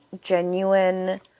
genuine